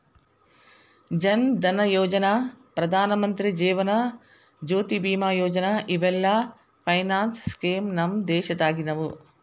ಜನ್ ಧನಯೋಜನಾ, ಪ್ರಧಾನಮಂತ್ರಿ ಜೇವನ ಜ್ಯೋತಿ ಬಿಮಾ ಯೋಜನಾ ಇವೆಲ್ಲ finance scheme ನಮ್ ದೇಶದಾಗಿನವು